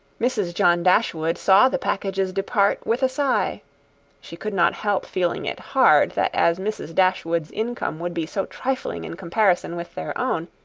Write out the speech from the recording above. mrs. john dashwood saw the packages depart with a sigh she could not help feeling it hard that as mrs. dashwood's income would be so trifling in comparison with their own,